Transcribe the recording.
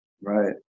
Right